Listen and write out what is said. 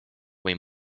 või